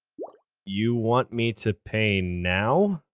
you want me to pay now?